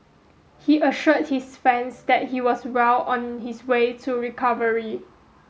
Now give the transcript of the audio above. he assured his fans that he was well on his way to recovery